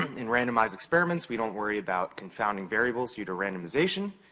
in randomized experiments, we don't worry about confounding variables due to randomization.